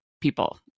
people